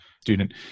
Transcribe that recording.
student